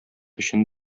өчен